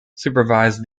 supervised